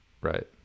Right